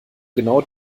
genau